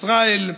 ישראל,